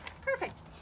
Perfect